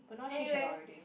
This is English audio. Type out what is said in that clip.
but now change a lot already